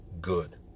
good